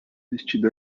vestido